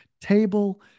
table